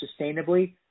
sustainably